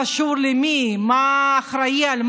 התשס"א 2001, על החלטתה בהתאם לסעיף 31(ד)